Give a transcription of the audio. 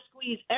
squeeze